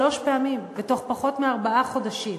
שלוש פעמים בתוך פחות מארבעה חודשים.